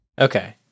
Okay